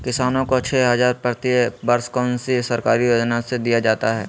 किसानों को छे हज़ार प्रति वर्ष कौन सी सरकारी योजना से दिया जाता है?